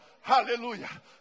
Hallelujah